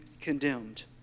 condemned